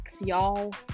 y'all